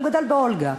הלוא הוא גדל באולגה.